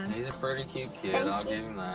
he's a pretty cute kid, i'll